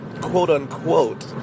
quote-unquote